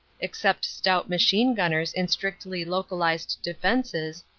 except stout machine-gunners in strictly localized defenses,